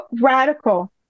radical